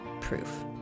Proof